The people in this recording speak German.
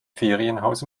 ferienhaus